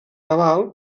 naval